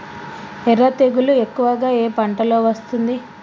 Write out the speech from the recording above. ఎర్ర తెగులు ఎక్కువగా ఏ పంటలో వస్తుంది?